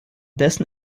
dessen